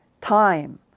time